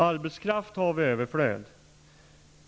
Arbetskraft har vi i överflöd.